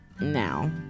now